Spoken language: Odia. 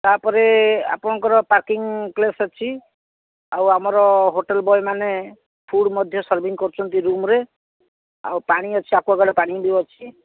ତା' ପରେ ଆପଣଙ୍କର ପାର୍କିଂ ପ୍ଲେସ୍ ଅଛି ଆଉ ଆମର ହୋଟେଲ ବଏ ମାନେ ଫୁଡ଼୍ ମଧ୍ୟ ସର୍ଭିଂ କରୁଛନ୍ତି ରୁମ୍ରେ ଆଉ ପାଣି ଅଛି ଆକ୍ୱାଗାର୍ଡ଼୍ ପାଣି ବି ଅଛି